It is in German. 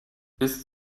ist